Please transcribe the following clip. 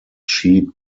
sheep